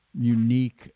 Unique